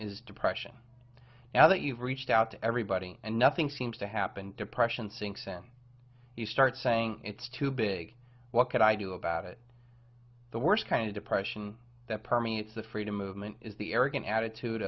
is depression now that you've reached out to everybody and nothing seems to happen depression sinks in you start saying it's too big what could i do about it the worst kind of depression that permeates the freedom movement is the arrogant attitude